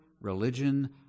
religion